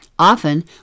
Often